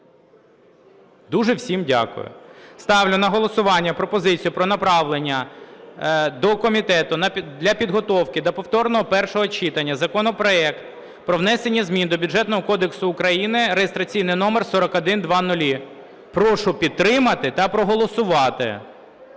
Дуже всім дякую. Ставлю на голосування пропозицію про направлення до комітету для підготовки до повторного першого читання законопроект про внесення змін до Бюджетного кодексу України (реєстраційний номер 4100). Прошу підтримати та проголосувати.